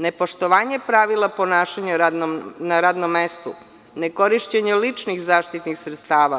Nepoštovanje pravila ponašanja na radnom mestu, nekorišćenje ličnih zaštitnih sredstava,